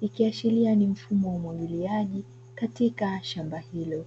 Ikiashiria ni mfumo wa umwagiliaji katika shamba hilo.